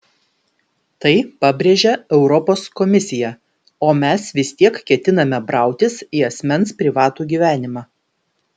tai pabrėžia europos komisija o mes vis tiek ketiname brautis į asmens privatų gyvenimą